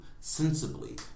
sensibly